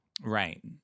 Right